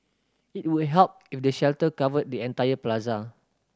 it would help if the shelter covered the entire plaza